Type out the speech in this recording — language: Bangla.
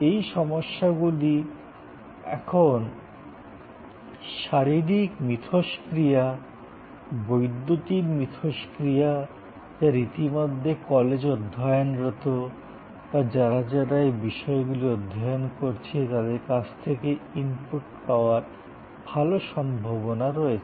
এই সমস্তগুলির এখন শারীরিক মিথস্ক্রিয়া বৈদ্যুতিন মিথস্ক্রিয়া যারা ইতিমধ্যে কলেজে অধ্যয়নরত বা যারা যারা এই বিষয়গুলি অধ্যয়ন করছে তাদের কাছ থেকে ইনপুট পাওয়ার ভাল সম্ভাবনা রয়েছে